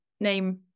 name